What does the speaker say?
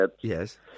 Yes